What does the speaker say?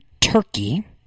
Turkey